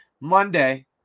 Monday